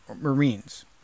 Marines